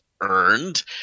earned